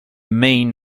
main